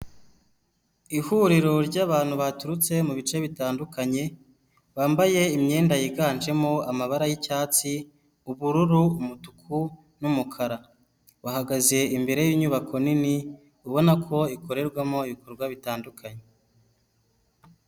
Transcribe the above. Ihuriro ryabantu baturutse mubice bitandukanye, bambaye imyenda yiganjemo amabara yicyatsi, ubururu, umutuku, n'umukara bahagaze imbere y'inyubako nini, ubona ko ikorerwamo ibikorwa bitandukanye.